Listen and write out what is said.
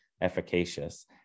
efficacious